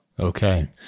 Okay